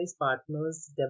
partners